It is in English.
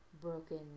broken